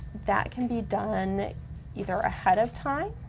that can be done either ahead of time,